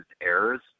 errors